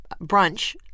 brunch